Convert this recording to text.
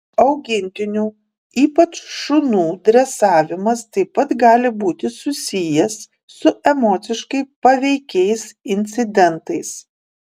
augintinių ypač šunų dresavimas taip pat gali būti susijęs su emociškai paveikiais incidentais